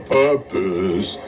purpose